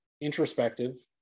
introspective